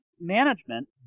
management